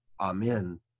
Amen